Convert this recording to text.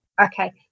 Okay